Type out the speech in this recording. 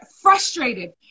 frustrated